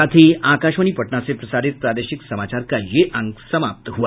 इसके साथ ही आकाशवाणी पटना से प्रसारित प्रादेशिक समाचार का ये अंक समाप्त हुआ